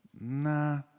nah